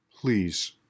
please